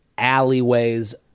alleyways